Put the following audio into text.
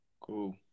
Cool